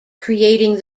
creating